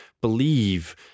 believe